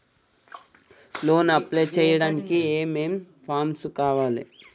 Loan apply చేయడానికి ఏం ఏం ఫామ్స్ కావాలే?